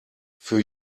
für